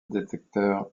détecteurs